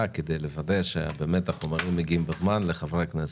כדי לוודא שהחומרים מגיעים בזמן אל חברי הכנסת.